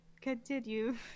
continue